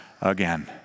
again